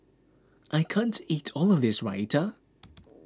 I can't eat all of this Raita